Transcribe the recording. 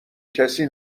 کسی